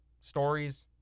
Stories